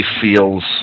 feels